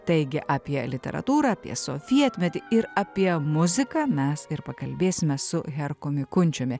taigi apie literatūrą apie sovietmetį ir apie muziką mes ir pakalbėsime su herkumi kunčiumi